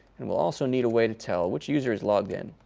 and we'll also need a way to tell which user is logged in.